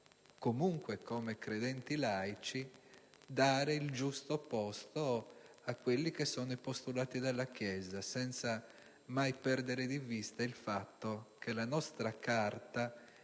comunque come credenti laici, dare il giusto posto ai postulati della Chiesa, senza mai perdere di vista il fatto che la nostra Carta,